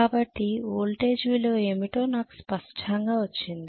కాబట్టి వోల్టేజ్ విలువ ఏమిటో నాకు స్పష్టంగా వచ్చింది